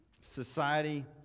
society